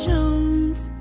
Jones